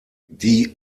die